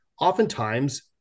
oftentimes-